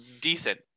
decent